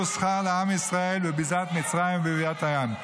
שכר לעם ישראל בביזת מצרים וביזת הים.